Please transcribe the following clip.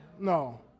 No